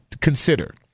consider